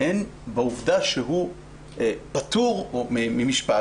אין בעובדה שהוא פטור ממשפט,